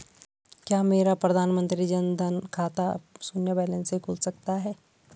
क्या मेरा प्रधानमंत्री जन धन का खाता शून्य बैलेंस से खुल सकता है?